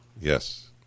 Yes